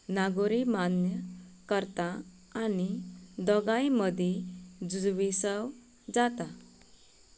नागोरी मान्य करता आनी दोगांय मदीं झूज विसव जाता